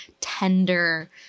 tender